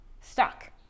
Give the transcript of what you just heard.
stuck